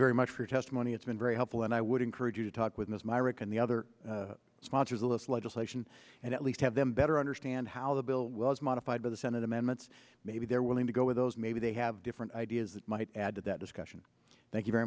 very much for testimony it's been very helpful and i would encourage you to talk with ms myrick and the other sponsors of this legislation and at least have them better understand how the bill was modified by the senate amendments maybe they're willing to go with those maybe they have different ideas that might add to that discussion thank you very